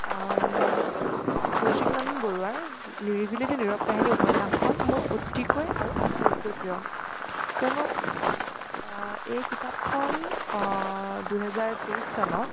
কৌশিক নন্দন বৰুৱাৰ নিৰিবিলি এটি নীৰৱ কাহিনী উপন্য়াসখন মোৰ অতিকৈ আৰু আটাইতকৈ প্ৰিয় কিয়নো এই কিতাপখন দুহেজাৰ তেইছ চনত